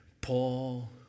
Paul